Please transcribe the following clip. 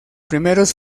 primeros